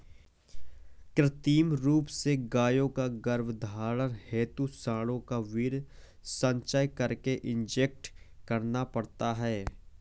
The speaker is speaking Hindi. कृत्रिम रूप से गायों के गर्भधारण हेतु साँडों का वीर्य संचय करके इंजेक्ट करना पड़ता है